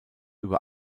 über